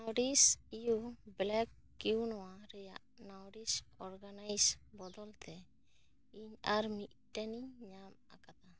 ᱱᱚᱨᱤᱥ you black quinoa ᱨᱮᱭᱟᱜ Nourish organics ᱵᱚᱫᱚᱞᱛᱮ ᱤᱧ ᱟᱨ ᱢᱤᱫᱴᱮᱱ ᱤᱧ ᱧᱟᱢ ᱟᱠᱟᱫᱟ